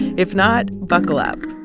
if not, buckle up